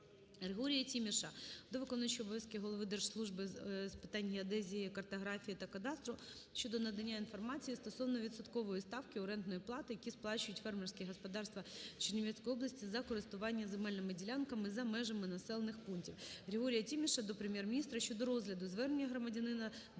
Григорія Тіміша до виконуючого обов'язки Голови Держслужби з питань геодезії, картографії та кадастру щодо надання інформації стосовно відсоткової ставки орендної плати, яку сплачують фермерські господарства Чернівецької області за користування земельними ділянками за межами населених пунктів. Григорія Тіміша до Прем'єр-міністра щодо розгляду звернення громадянина Даскалюка